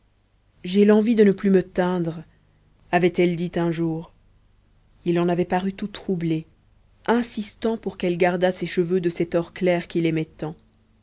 j'ai l'envie de ne plus me teindre avait-elle dit un jour il en avait paru tout troublé insistant pour qu'elle gardât ses cheveux de cet or clair qu'il aimait tant